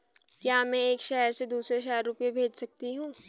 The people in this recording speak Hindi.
क्या मैं एक शहर से दूसरे शहर रुपये भेज सकती हूँ?